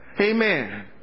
Amen